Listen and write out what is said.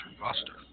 roster